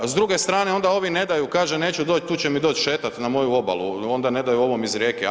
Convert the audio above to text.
S druge strane onda ovi ne daju, kaže neću doć, tu će mi doć šetat na moju obalu, onda ne daju ovom iz Rijeke.